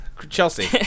Chelsea